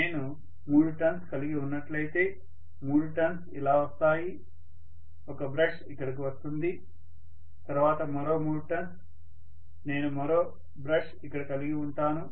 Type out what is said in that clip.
నేను మూడు టర్న్స్ కలిగి ఉన్నట్లయితే మూడు టర్న్స్ ఇలా వస్తాయి ఒక బ్రష్ ఇక్కడకు వస్తుంది తర్వాత మరో మూడు టర్న్స్ నేను మరో బ్రష్ ఇక్కడ కలిగివుంటాను